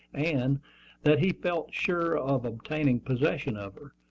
and that he felt sure of obtaining possession of her,